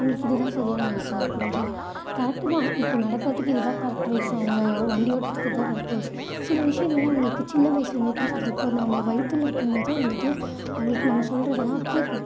உங்களுக்கு இதுதான் சரியான வயசு அப்படின்ட்டு கரெக்ட் தான் இப்போ நடக்கிறதுக்கு இதுதான் கரெக்ட் வயசு அவங்க வண்டி ஓட்டுறதுக்கு இதுதான் கரெக்ட் வயசு சில விஷயங்கள்லாம் அவங்களுக்கு சின்ன வயசுலலேருந்து எப்படி சொல்கிறது இப்போ நாம வயிற்றுல இருக்கும்போதே வந்துட்டு அவங்களுக்கு நாம சொல்கிறதெல்லா கேட்கும்